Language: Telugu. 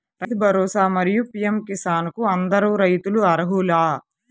రైతు భరోసా, మరియు పీ.ఎం కిసాన్ కు అందరు రైతులు అర్హులా?